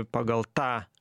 pagal tą